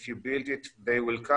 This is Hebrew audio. if you build it they will come,